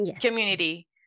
community